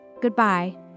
Goodbye